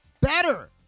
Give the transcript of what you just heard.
better